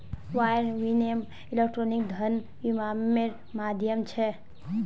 wire विनियम electronic धन विनियम्मेर माध्यम छ